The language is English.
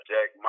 Jack